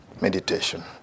meditation